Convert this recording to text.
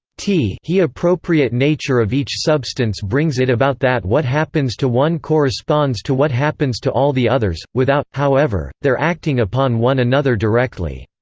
t he appropriate nature of each substance brings it about that what happens to one corresponds to what happens to all the others, without, however, their acting upon one another directly.